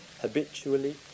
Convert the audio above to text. habitually